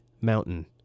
mountain